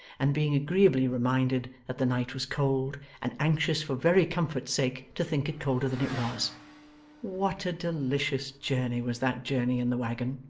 and being agreeably reminded that the night was cold, and anxious for very comfort's sake to think it colder than it was what a delicious journey was that journey in the waggon.